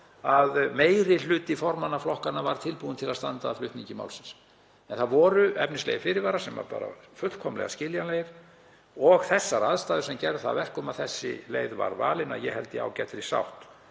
að meiri hluti formanna flokkanna var tilbúinn til að standa að flutningi málsins. En það voru efnislegir fyrirvarar sem eru fullkomlega skiljanlegir og aðstæður sem gerðu það að verkum að þessi leið var valin, að ég held í ágætri sátt,